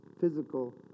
physical